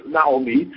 Naomi